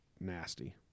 nasty